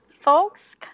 folks